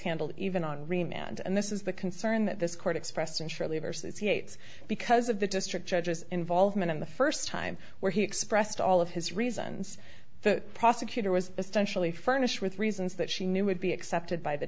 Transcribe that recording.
handled even henri mand and this is the concern that this court expressed and surely vs yates because of the district judges involvement in the first time where he expressed all of his reasons the prosecutor was essentially furnished with reasons that she knew would be accepted by the